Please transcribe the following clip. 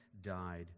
died